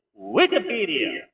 Wikipedia